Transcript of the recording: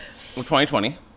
2020